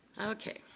Okay